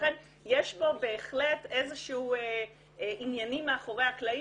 ולכן יש פה בהחלט איזשהו עניינים מאחורי הקלעים